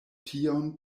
tion